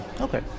Okay